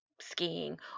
skiing